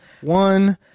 one